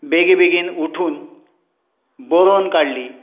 बेगी बेगीन उठून बरोवन काडली